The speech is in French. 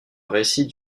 récit